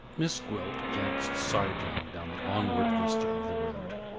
miss gwilt glanced sidelong down the onward vista of the road,